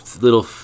little